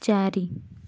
ଚାରି